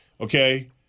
okay